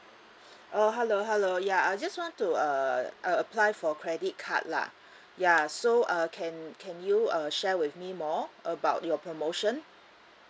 uh hello hello ya I just want to uh uh apply for credit card lah ya so uh can can you uh share with me more about your promotion